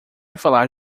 falar